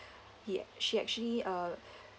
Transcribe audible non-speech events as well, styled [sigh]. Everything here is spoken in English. he she actually uh [breath]